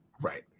right